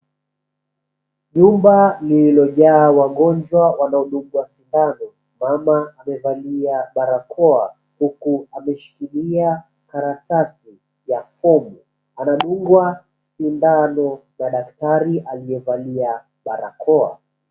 Jumba lilojaa wagonjwa wanaodungwa sindano. Mama amevalia barakoa huku ameshikilia karatasi ya fomu, anadungwa sindano na daktari aliyevalia barakoa.